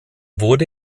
wurde